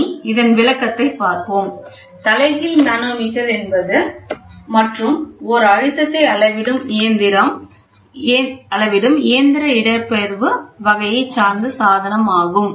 இனி இதன் விளக்கத்தைப் பார்ப்போம் தலைகீழ் மனோமீட்டர் என்பது மற்றும் ஓர் அழுத்தத்தை அளவிடும் இயந்திர இடப்பெயர்வு வகையைச் சேர்ந்த சாதனம் ஆகும்